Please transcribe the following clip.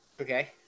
Okay